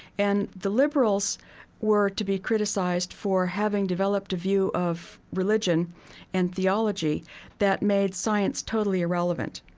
and the liberals were to be criticized for having developed a view of religion and theology that made science totally irrelevant.